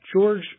George